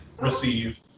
receive